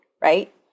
right